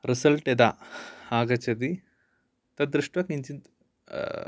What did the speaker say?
result यदा आगच्छति तत् दृष्ट्वा किञ्चित्